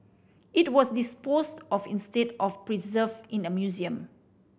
it was disposed of instead of preserved in a museum